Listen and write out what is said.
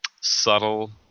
subtle